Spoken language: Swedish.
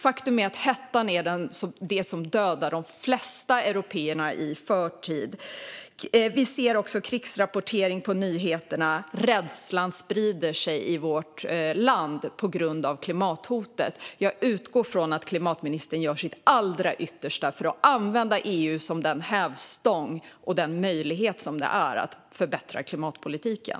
Faktum är att hettan är det som dödar de flesta européer som dör i förtid. Vi ser också krigsrapportering på nyheterna. Rädslan sprider sig i vårt land på grund av klimathotet. Jag utgår från att klimatministern gör sitt allra yttersta för att använda EU som den hävstång och möjlighet det är när det gäller att förbättra klimatpolitiken.